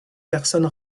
personnes